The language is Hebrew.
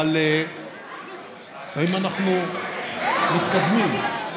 אבל האם אנחנו מתקדמים?